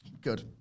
Good